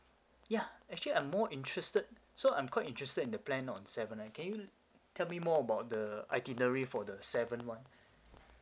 yeah actually I'm more interested so I'm quite interested in the plan on seventh ah can you tell me more about the itinerary for the seventh [one]